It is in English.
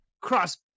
Cross